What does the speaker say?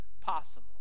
possible